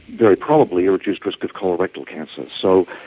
very probably a reduced risk of colorectal cancer. so,